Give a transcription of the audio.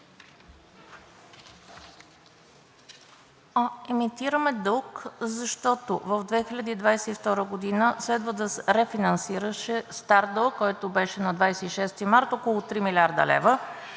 Емитираме дълг, защото в 2022 г. следваше да се рефинансира стар дълг, който беше на 26 март – около 3 млрд. лв.,